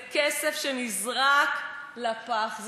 זה כסף שנזרק לפח,